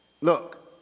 look